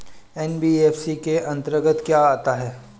NBFC के अंतर्गत क्या आता है?